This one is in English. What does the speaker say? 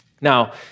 Now